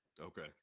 Okay